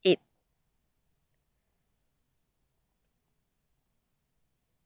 eight